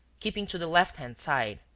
keeping to the left-hand side.